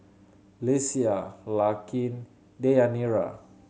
Lesia Larkin Deyanira